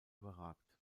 überragt